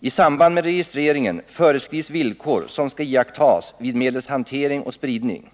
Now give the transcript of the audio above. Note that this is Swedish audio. I samband med registreringen föreskrivs villkor som skall iakttas vid medlets hantering och spridning.